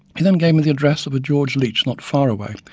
he then gave me the address of a george leach not far away,